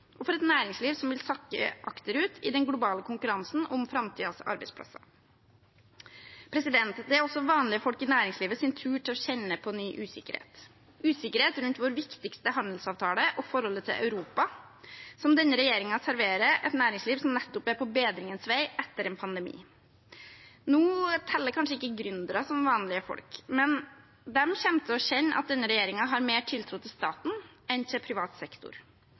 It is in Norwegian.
og for et næringsliv som vil sakke akterut i den globale konkurransen om framtidens arbeidsplasser. Det er også vanlige folk i næringslivet sin tur til å kjenne på ny usikkerhet – usikkerhet rundt vår viktigste handelsavtale og forholdet til Europa, som denne regjeringen serverer et næringsliv som nettopp er på bedringens vei etter en pandemi. Nå teller kanskje ikke gründere som vanlige folk, men de kommer til å kjenne at denne regjeringen har mer tiltro til staten enn til privat sektor.